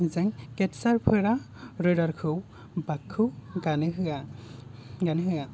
जों केटचारफोरा राइडारखौ भागखौ गानो होआ गानो होआ